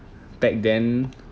back then